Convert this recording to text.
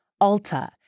Alta